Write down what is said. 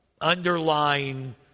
underlying